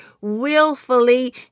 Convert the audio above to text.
willfully